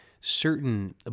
certain